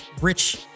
rich